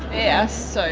yes. so